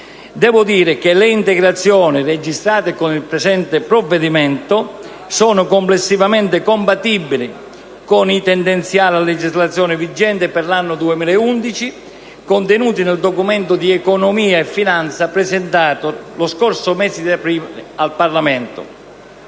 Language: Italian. Le integrazioni registrate con il presente provvedimento sono complessivamente compatibili con i tendenziali a legislazione vigente per l'anno 2011 contenuti nel Documento di economia e finanza presentato lo scorso mese di aprile al Parlamento.